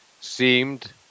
seemed